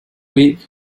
week